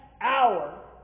hour